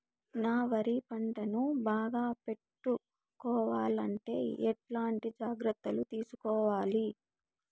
నా వరి పంటను బాగా పెట్టుకోవాలంటే ఎట్లాంటి జాగ్రత్త లు తీసుకోవాలి?